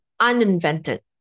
uninvented